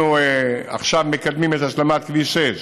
אנחנו עכשיו מקדמים את השלמת כביש 6,